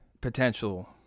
potential